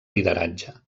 lideratge